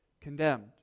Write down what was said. condemned